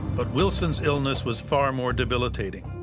but wilson's illness was far more debilitating.